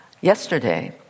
Yesterday